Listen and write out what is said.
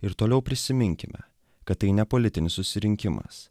ir toliau prisiminkime kad tai ne politinis susirinkimas